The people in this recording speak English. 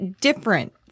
different